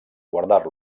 guardar